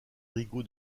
rigaud